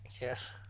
Yes